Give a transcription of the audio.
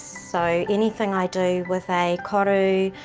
so anything i do with a koru,